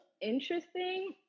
interesting